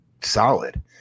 solid